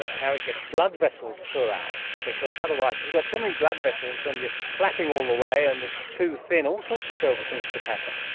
how it gets blood vessels throughout, because otherwise if you've got too many blood vessels and you're flapping all the way and it's too thin, all sorts of terrible things could happen.